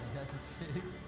hesitate